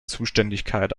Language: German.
zuständigkeit